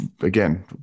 again